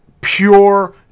pure